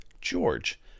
George